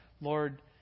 Lord